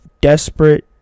desperate